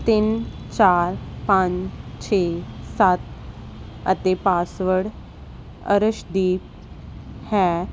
ਤਿੰਨ ਚਾਰ ਪੰਜ ਛੇ ਸੱਤ ਅਤੇ ਪਾਸਵਰਡ ਅਰਸ਼ਦੀਪ ਹੈ